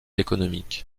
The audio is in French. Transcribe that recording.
économique